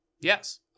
Yes